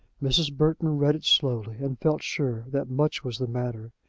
mrs. burton read it slowly, and felt sure that much was the matter.